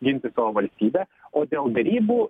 ginti savo valstybę o dėl derybų